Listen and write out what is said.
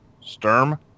Sturm